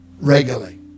regularly